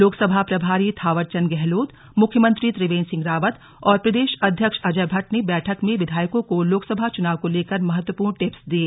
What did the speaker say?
लोकसभा प्रभारी थावर चंद गहलोत मुख्यमंत्री त्रिवेंद्र सिंह रावत और प्रदेश अध्यक्ष अजय भट्ट ने बैठक में विधायकों को लोकसभा चुनाव को लेकर महत्वपूर्ण टिप्स दिए